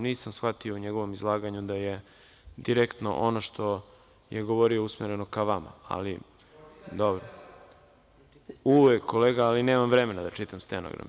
Nisam shvatio u njegovom izlaganju da je direktno ono što je govorio usmereno ka vama. (Miladin Ševarlić: Pročitaću stenogram.) Uvek, kolega, ali nemam vremena da čitam stenogram.